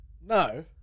No